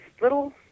little